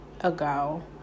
ago